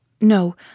No